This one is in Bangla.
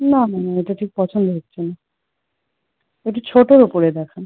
না না এটা ঠিক পছন্দ হচ্ছে না একটু ছোটোর উপরে দেখান